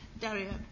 Daria